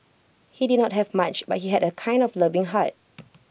he did not have much but he had A kind and loving heart